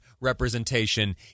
representation